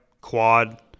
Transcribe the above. quad